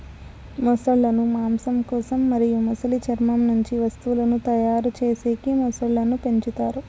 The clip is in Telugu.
మొసళ్ళ ను మాంసం కోసం మరియు మొసలి చర్మం నుంచి వస్తువులను తయారు చేసేకి మొసళ్ళను పెంచుతారు